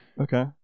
Okay